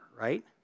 right